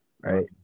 right